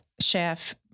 chef